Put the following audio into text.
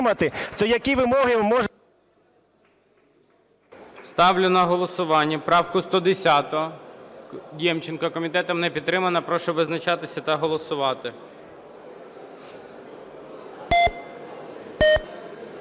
Ставлю на голосування 111 правку. Комітетом не підтримана. Прошу визначатися та голосувати.